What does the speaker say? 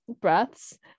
breaths